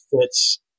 fits